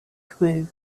crew